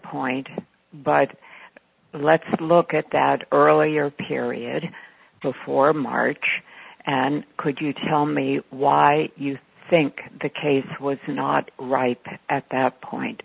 point but let's look at that earlier period before march and could you tell me why you think the case was not right at that point